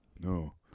No